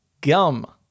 Gum